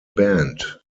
band